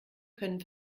können